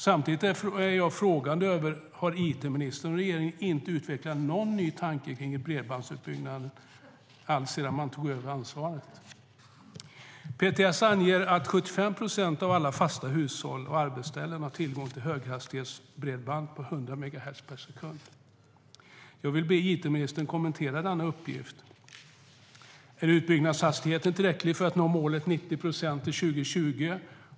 Samtidigt ställer jag mig frågande till om it-ministern och regeringen inte har utvecklat någon ny tanke om bredbandsutbyggnaden sedan de tog över ansvaret. PTS anger att 75 procent av alla fasta hushåll och arbetsställen har tillgång till höghastighetsbredband på 100 megahertz per sekund. Jag vill be it-ministern kommentera denna uppgift. Är utbyggnadshastigheten tillräcklig för att nå målet 90 procent till 2020?